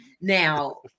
now